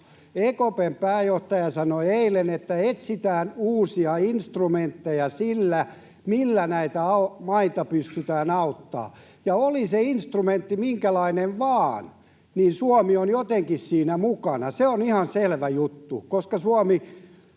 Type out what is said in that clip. EKP:n pääjohtaja sanoi eilen, että etsitään uusia instrumentteja, millä näitä maita pystytään auttamaan, ja oli se instrumentti minkälainen vain, Suomi on jotenkin siinä mukana. Se on ihan selvä juttu, koska Suomi